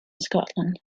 scotland